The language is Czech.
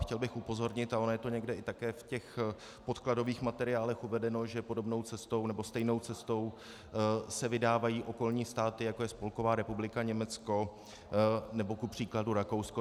Chtěl bych upozornit, a ono je to také někde v podkladových materiálech uvedeno, že podobnou cestou nebo stejnou cestou se vydávají okolní státy, jako je Spolková republika Německo nebo kupříkladu Rakousko.